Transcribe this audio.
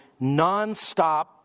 nonstop